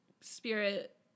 spirit